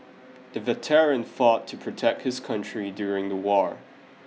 the veteran fought to protect his country during the war